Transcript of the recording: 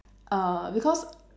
uh because